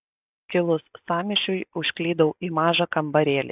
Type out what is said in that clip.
kilus sąmyšiui užklydau į mažą kambarėlį